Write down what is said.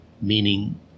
meaning